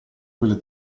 quelle